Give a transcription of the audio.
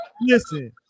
listen